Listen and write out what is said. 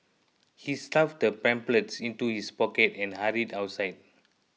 he stuffed the pamphlet into his pocket and hurried outside